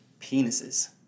Penises